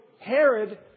Herod